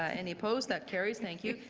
ah any opposed? that carries. thank you.